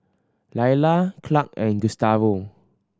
Laila Clark and Gustavo